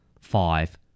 five